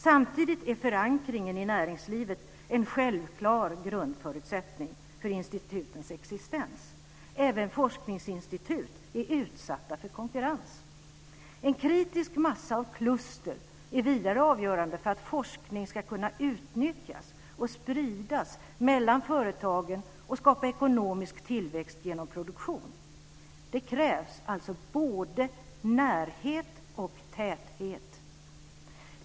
Samtidigt är förankringen i näringslivet en självklar grundförutsättning för institutens existens. Även forskningsinstitut är utsatta för konkurrens. En kritisk massa av kluster är vidare avgörande för att forskning ska kunna utnyttjas och spridas mellan företagen och skapa ekonomisk tillväxt genom produktion. Det krävs alltså både närhet och täthet.